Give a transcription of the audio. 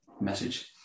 message